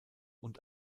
und